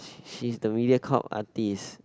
she's the Mediacorp artist